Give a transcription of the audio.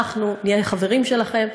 אנחנו נהיה חברים שלכם.